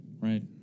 Right